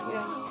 Yes